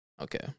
Okay